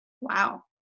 Wow